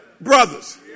Brothers